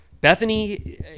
Bethany